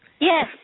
Yes